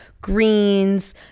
greens